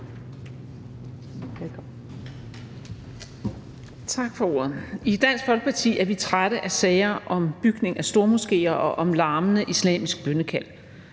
Tak for ordet. I Dansk Folkeparti er vi trætte af sager om bygning af stormoskéer og om larmende islamisk bønnekald.